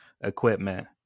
equipment